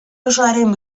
osoaren